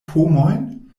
pomojn